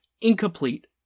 incomplete